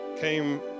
came